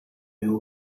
new